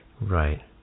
Right